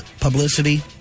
publicity